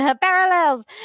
parallels